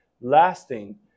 lasting